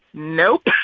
nope